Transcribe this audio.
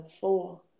four